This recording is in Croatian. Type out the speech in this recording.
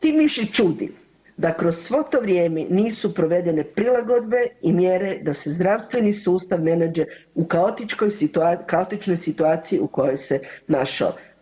Tim više čudi da kroz svo to vrijeme nisu provedene prilagodbe i mjere da se zdravstveni sustav ne nađe u kaotičnoj situaciji u kojoj se našao.